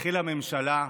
התחילה ממשלה,